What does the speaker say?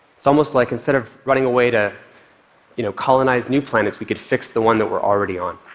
it's almost like instead of running away to you know colonize new planets, we could fix the one that we're already on.